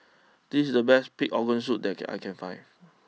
this is the best Pig Organ Soup that I can find